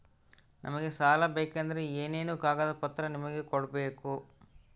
ನಮಗೆ ಸಾಲ ಬೇಕಂದ್ರೆ ಏನೇನು ಕಾಗದ ಪತ್ರ ನಿಮಗೆ ಕೊಡ್ಬೇಕು?